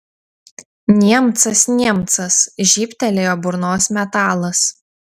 niemcas niemcas žybtelėjo burnos metalas